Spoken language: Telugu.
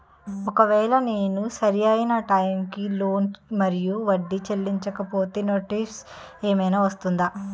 ఒకవేళ నేను సరి అయినా టైం కి లోన్ మరియు వడ్డీ చెల్లించకపోతే నోటీసు ఏమైనా వస్తుందా?